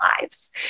lives